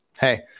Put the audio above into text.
hey